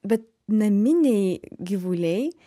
bet naminiai gyvuliai